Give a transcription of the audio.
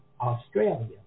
Australia